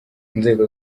inzego